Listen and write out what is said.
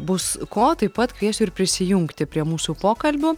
bus ko taip pat kviesiu ir prisijungti prie mūsų pokalbių